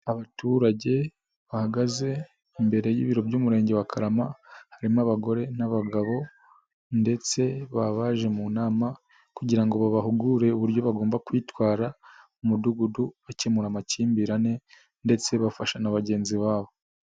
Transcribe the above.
Abaturage bahagaze, imbere y'ibiro by'umurenge wa karama, harimo abagore n'abagabo, ndetse baba baje mu nama, kugira ngo babahugure uburyo bagomba kwitwara, mu mudugudu bakemura amakimbirane, ndetse bafasha na bagenzi babo.